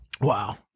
Wow